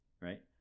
right